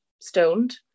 stoned